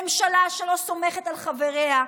ממשלה שלא סומכת על חבריה,